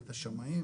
את השמאים,